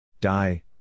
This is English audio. Die